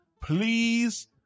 please